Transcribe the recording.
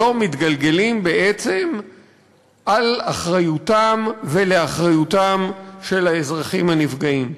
היום מתגלגלים בעצם על אחריותם ולאחריותם של האזרחים הנפגעים.